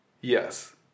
Yes